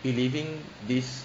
believing this